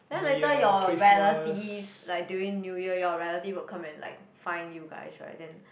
then later your relative like during New Year your relative will come and like find you guys right then